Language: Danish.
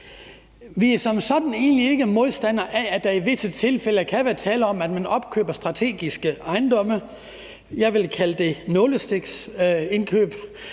Vi er som sådan egentlig ikke modstandere af, at der i visse tilfælde kan være tale om, at man strategisk opkøber ejendomme. Jeg vil kalde det nålestiksindkøb.